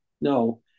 No